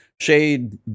Shade